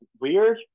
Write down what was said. weird